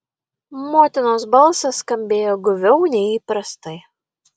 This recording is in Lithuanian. motinos balsas skambėjo guviau nei įprastai